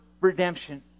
redemption